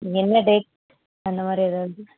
என்ன டேட் அந்த மாதிரி ஏதாவது